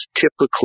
typically